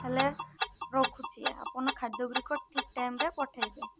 ହେଲେ ରଖୁଛି ଆପଣ ଖାଦ୍ୟ ଗୁଡ଼ିକ ଠିକ୍ ଟାଇମ୍ରେ ପଠାଇବେ